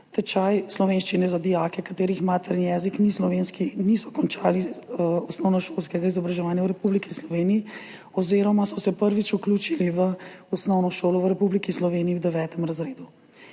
Tečaj slovenščine za dijake, katerih materni jezik ni slovenski in niso končali osnovnošolskega izobraževanja v Republiki Sloveniji oziroma so se prvič vključili v osnovno šolo v Republiki Sloveniji v 9. razredu.